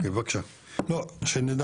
לא, שנדע.